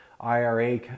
ira